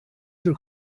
your